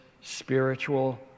spiritual